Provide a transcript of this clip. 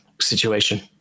situation